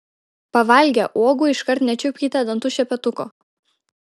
pavalgę uogų iškart nečiupkite dantų šepetuko